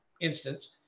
instance